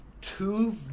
two